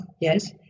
yes